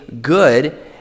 good